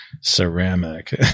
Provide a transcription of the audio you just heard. Ceramic